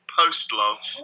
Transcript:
post-love